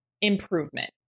improvement